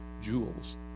jewels